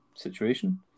situation